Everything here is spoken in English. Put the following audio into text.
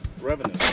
Revenue